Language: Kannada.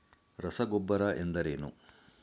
ರಸಗೊಬ್ಬರ ಎಂದರೇನು?